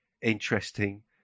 interesting